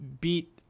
beat